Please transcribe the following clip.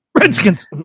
Redskins